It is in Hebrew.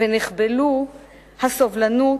ונחבלו הסובלנות,